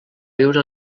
viure